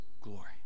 glory